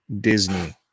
Disney